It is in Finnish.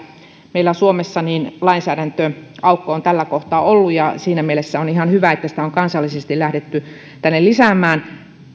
meillä suomessa lainsäädäntöaukko on tällä kohtaa ollut ja siinä mielessä on ihan hyvä että sitä on kansallisesti lähdetty tänne lisäämään